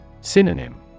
Synonym